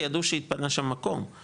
כי ידעו שהתפנה שם מקום,